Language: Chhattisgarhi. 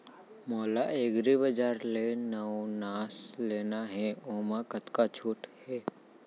मोला एग्रीबजार ले नवनास लेना हे ओमा कतका छूट हे?